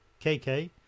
KK